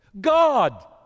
God